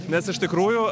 nes iš tikrųjų